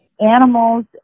Animals